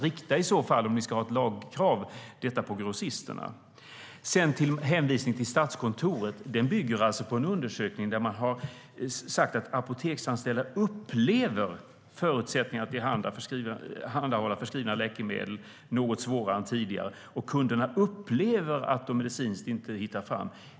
Om ni ska ha ett lagkrav så rikta det till grossisterna. Enligt Statskontorets undersökning upplever apoteksanställda att förutsättningarna att tillhandahålla förskrivna läkemedel är något sämre än tidigare. Vidare upplever kunderna att de medicinskt inte hittar fram.